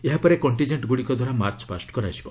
ଏହା ପରେ କଣ୍ଟିଜେଣ୍ଟ୍ଗୁଡ଼ିକ ଦ୍ୱାରା ମାର୍ଚ୍ଚ ପାଷ୍ଟ କରାଯିବ